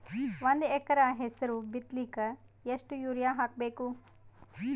ಒಂದ್ ಎಕರ ಹೆಸರು ಬಿತ್ತಲಿಕ ಎಷ್ಟು ಯೂರಿಯ ಹಾಕಬೇಕು?